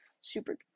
super